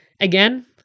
Again